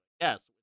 Yes